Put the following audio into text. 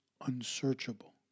unsearchable